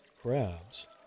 Crabs